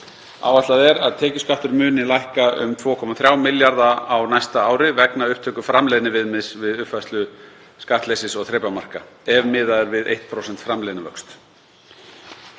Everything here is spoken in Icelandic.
Áætlað er að tekjuskattur muni lækka um 2,3 milljarða á næsta ári vegna upptöku framleiðniviðmiðs við uppfærslu skattleysis- og þrepamarka ef miðað er við 1% framleiðnivöxt.